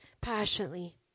passionately